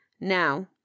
Now